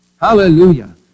Hallelujah